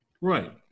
Right